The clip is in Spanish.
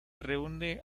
reúne